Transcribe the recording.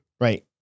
Right